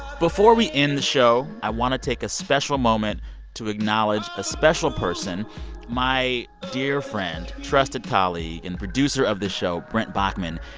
before we end the show, i want to take a special moment to acknowledge a special person my dear friend, trusted colleague and producer of the show, brent baughman.